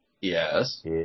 Yes